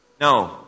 No